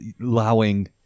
allowing